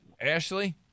Ashley